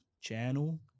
channel